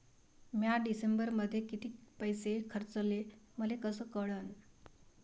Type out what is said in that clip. म्या डिसेंबरमध्ये कितीक पैसे खर्चले मले कस कळन?